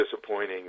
disappointing